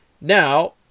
Now